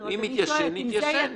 אם התיישן התיישן.